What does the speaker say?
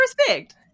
respect